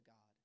God